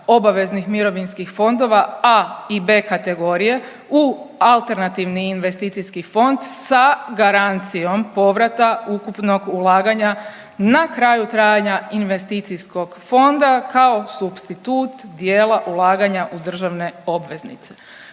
obaveznih mirovinskih fondova A i B kategorije u alternativni investicijski fond sa garancijom povrata ukupnog ulaganja na kraju trajanja investicijskog fonda kao supstitut dijela ulaganja u državne obveznice.